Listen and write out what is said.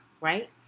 right